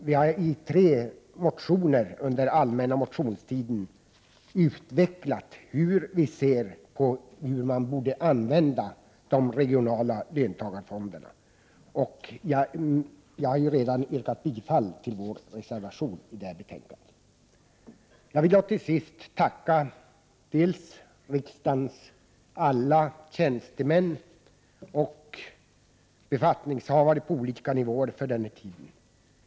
Vpk har i tre motioner under den allmänna motionstiden utvecklat vår syn på hur man borde använda de regionala löntagarfonderna, och jag har redan yrkat bifall till vår reservation till detta betänkande. Jag vill till sist tacka riksdagens alla tjänstemän och befattningshavare på olika nivåer för den här tiden.